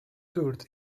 toured